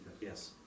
Yes